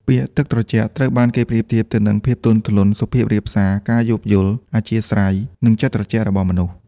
ពាក្យ ទឹកត្រជាក់ ត្រូវបានគេប្រៀបធៀបទៅនឹង ភាពទន់ភ្លន់ សុភាពរាបសារ ការយោគយល់អធ្យាស្រ័យ និងចិត្តត្រជាក់របស់មនុស្ស។